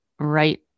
right